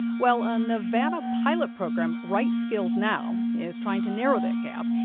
well, a nevada pilot program right skills now is trying to narrow that gap.